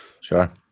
sure